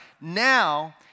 Now